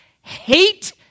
hate